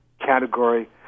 category